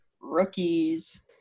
rookies